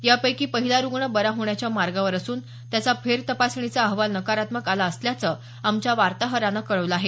यापैकी पहिला रूग्ण बरा होण्याच्या मार्गावर असून त्याचा फेर तपासणीचा अहवाल नकारात्मक आला असल्याचं आमच्या वार्ताहरानं कळवलं आहे